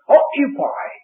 occupy